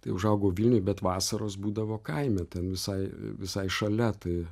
tai užaugau vilniuj bet vasaros būdavo kaime ten visai visai šalia tai